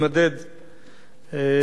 מול האדם.